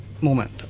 moment